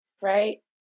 Right